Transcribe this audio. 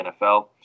NFL